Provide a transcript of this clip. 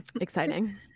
exciting